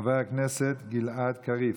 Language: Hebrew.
חבר הכנסת גלעד קריב,